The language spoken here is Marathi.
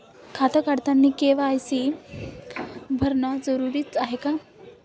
खातं काढतानी के.वाय.सी भरनं जरुरीच हाय का?